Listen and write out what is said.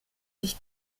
sich